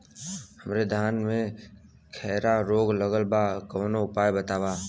हमरे धान में खैरा रोग लगल बा कवनो उपाय बतावा?